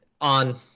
on